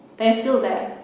they are still there.